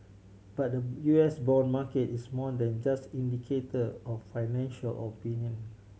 but the U S bond market is more than just indicator of financial opinion